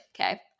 Okay